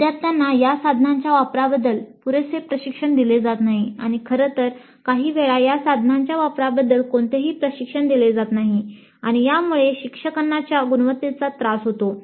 विद्यार्थ्यांना या साधनांच्या वापराबद्दल पुरेसे प्रशिक्षण दिले जात नाही आणि खरं तर काहीवेळा या साधनांच्या वापराबद्दल कोणतेही प्रशिक्षण दिले जात नाही आणि यामुळे शिक्षणाच्या गुणवत्तेचा त्रास होतो